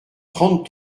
trente